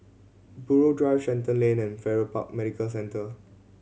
Buroh Drive Shenton Lane and Farrer Park Medical Centre